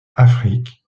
afrique